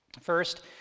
First